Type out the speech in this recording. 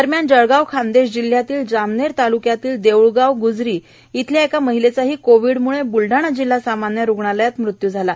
दरम्यान जळगाव खान्देश जिल्ह्यातील जामनेर तालुक्यातील देऊळगाव गुजरी येथील एका महिलेचाही कोवीडमुळे बुलडाणा जिल्हा सामान्य रुग्णालयात मृत्यू झाला आहे